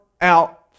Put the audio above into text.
out